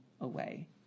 away